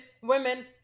women